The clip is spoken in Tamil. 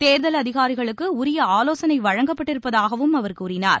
தேர்தல் அதிகாரிகளுக்கு உரிய ஆலோசனை வழங்கப்பட்டிருப்பதாகவும் அவர் கூறினார்